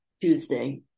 Tuesday